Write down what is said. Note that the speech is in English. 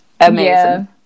Amazing